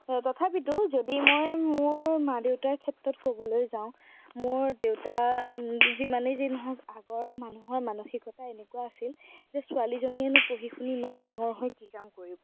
তথাপিতো যদি মই মোৰ মা দেউতাৰ ক্ষেত্ৰত ক'বলৈ যাওঁ মোৰ দেউতা যিমানেই যি নহওঁক আগৰ মানুহৰ মানসিকতা এনেকুৱা আছিল যে ছোৱালীজনীয়েনো পঢ়ি শুনি ইমান ডাঙৰ হৈ কি কাম কৰিব